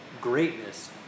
greatness